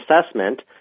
assessment